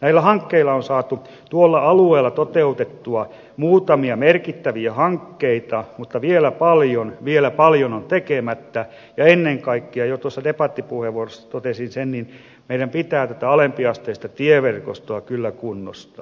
näillä hankkeilla on saatu tuolla alueella toteutettua muutamia merkittäviä hankkeita mutta vielä paljon on tekemättä ja ennen kaikkea jo tuossa debattipuheenvuorossa totesin sen meidän pitää tätä alempiasteista tieverkostoa kyllä kunnostaa